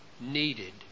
needed